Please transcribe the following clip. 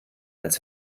als